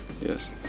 Yes